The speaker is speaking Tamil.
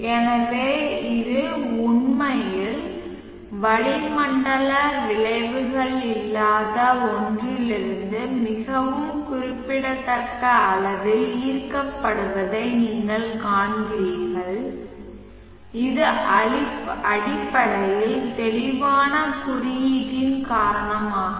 எனவே இது உண்மையில் வளிமண்டல விளைவுகள் இல்லாத ஒன்றிலிருந்து மிகவும் குறிப்பிடத்தக்க அளவில் ஈர்க்கப்படுவதை நீங்கள் காண்கிறீர்கள் இது அடிப்படையில் தெளிவான குறியீட்டின் காரணமாகும்